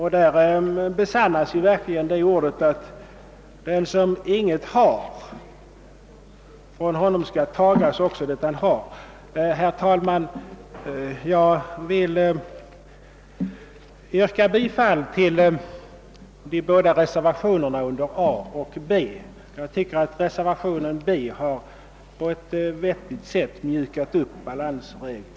Här besannas verkligen ordet, att »den som inget har, från honom skall det tagas — också det som han har». Herr talman! Jag yrkar bifall till reservationerna 3 a och 3 b under punkten 11. Jag anser att reservationen 3 b på ett vettigt sätt mjukar upp balansregeln.